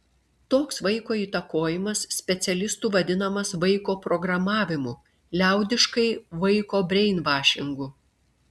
toks vaiko įtakojimas specialistų vadinamas vaiko programavimu liaudiškai vaiko breinvašingu